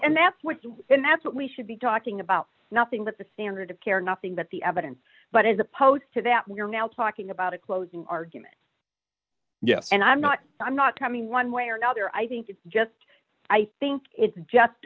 and that's what we should be talking about nothing but the standard of care nothing but the evidence but as opposed to that we're now talking about a closing argument yes and i'm not i'm not coming one way or another i think it's just i think it's just